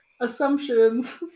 Assumptions